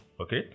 okay